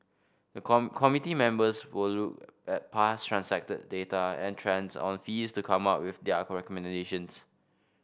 the come committee members will look at past transacted data and trends on fees to come up with their